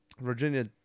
Virginia